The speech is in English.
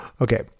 Okay